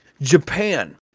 Japan